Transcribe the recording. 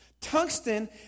Tungsten